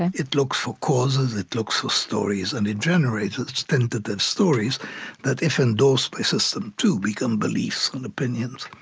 it looks for causes it looks for stories and it generates its tentative stories that, if endorsed by system two, become beliefs and opinions.